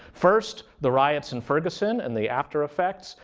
first, the riots in ferguson and the after effects,